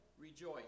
Rejoice